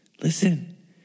Listen